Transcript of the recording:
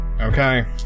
Okay